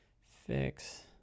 Fix